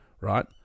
right